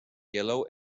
yellow